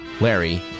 Larry